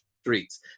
streets